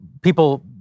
people